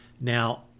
Now